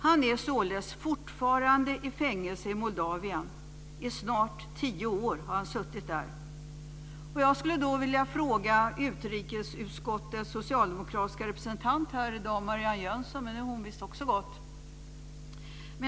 Han är således fortfarande i fängelse i Moldavien. Han har suttit där i snart tio år. Jag skulle ha velat ställa en fråga till utrikesutskottets socialdemokratiska representant här i dag Marianne Jönsson, men hon verkar ha gått ut ur kammaren.